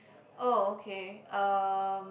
oh okay um